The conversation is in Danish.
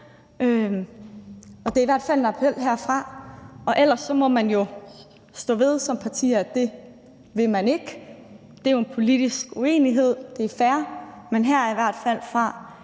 på. Det er i hvert fald en appel herfra. Og ellers må man jo stå ved som parti, at det vil man ikke; det er en politisk uenighed, det er fair. Men herfra i hvert fald en